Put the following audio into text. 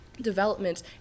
development